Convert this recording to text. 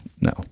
No